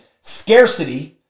scarcity